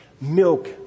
Milk